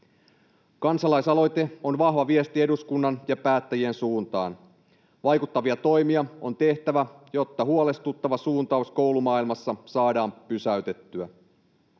Kansalaisaloite on vahva viesti eduskunnan ja päättäjien suuntaan. Vaikuttavia toimia on tehtävä, jotta huolestuttava suuntaus koulumaailmassa saadaan pysäytettyä.